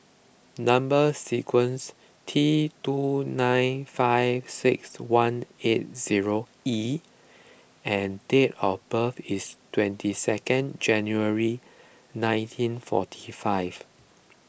Number Sequence T two nine five six one eight zero E and date of birth is twenty second January nineteen forty five